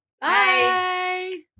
Bye